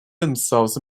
themselves